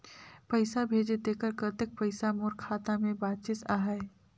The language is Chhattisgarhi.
पइसा भेजे तेकर कतेक पइसा मोर खाता मे बाचिस आहाय?